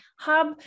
Hub